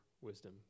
wisdom